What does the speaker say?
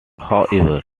however